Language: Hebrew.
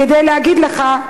כדי להגיד לך,